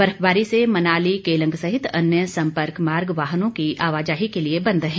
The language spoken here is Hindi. बर्फबारी से मनाली केलंग सहित अन्य संपर्क मार्ग वाहनों की आवाजाही के लिए बंद हैं